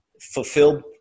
fulfilled